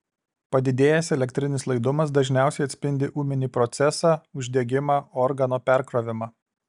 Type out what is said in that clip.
padidėjęs elektrinis laidumas dažniausiai atspindi ūminį procesą uždegimą organo perkrovimą